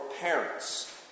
parents